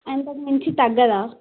అంతకు మంచి తగ్గదా